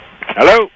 Hello